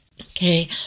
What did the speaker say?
Okay